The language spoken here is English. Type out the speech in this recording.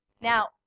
Now